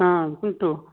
ಹಾಂ ಉಂಟು